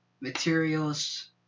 materials